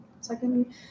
secondly